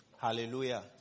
Hallelujah